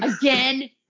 Again